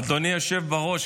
אדוני היושב-ראש,